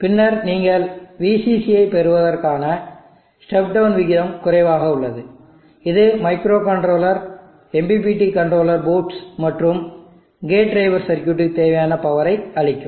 பின்னர் நீங்கள் VCC ஐ பெறுவதற்கான ஸ்டெப் டவுன் விகிதம் குறைவாக உள்ளது இது மைக்ரோகண்ட்ரோலர்MPPT கன்ட்ரோலர் போர்ட்ஸ் மற்றும் கேட் டிரைவர் சர்க்யூட்டுக்கு தேவையான பவரை அளிக்கும்